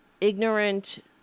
ignorant